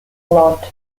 not